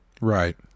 Right